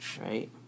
right